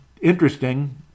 interesting